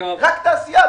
רק תעשייה,